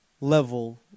level